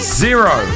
zero